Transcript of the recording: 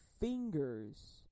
fingers